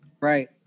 Right